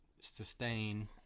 sustain